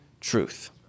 truth